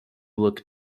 look